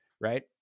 Right